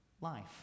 life